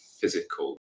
physical